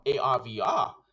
AR-VR